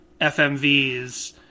FMVs